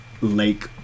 lake